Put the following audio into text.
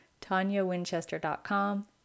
tanyawinchester.com